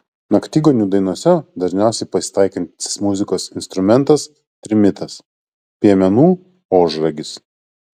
naktigonių dainose dažniausiai pasitaikantis muzikos instrumentas trimitas piemenų ožragis